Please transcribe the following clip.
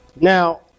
Now